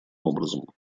образом